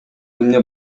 эмне